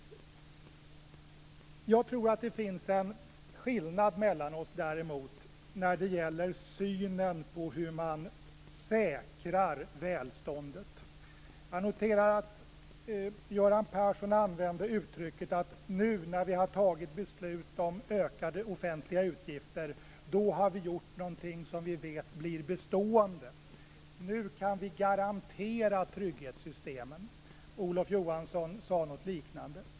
Jag tror däremot att det finns en skillnad mellan oss när det gäller synen på hur man säkrar välståndet. Jag noterar att Göran Persson säger att nu när vi har fattat beslut om ökade offentliga utgifter, så har vi gjort något som vi vet blir bestående. Nu kan vi garantera trygghetssystemen. Olof Johansson sade något liknande.